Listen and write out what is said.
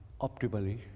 optimally